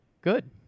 good